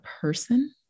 person